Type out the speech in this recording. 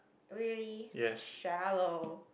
really that's shallow